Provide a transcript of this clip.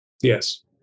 yes